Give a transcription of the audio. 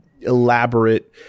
elaborate